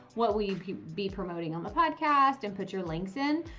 what we'd be promoting on the podcast and put your links in.